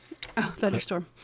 thunderstorm